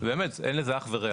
באמת, אין לזה אח ורע,